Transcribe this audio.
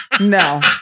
No